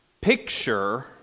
Picture